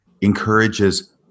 encourages